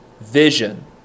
vision